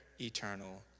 eternal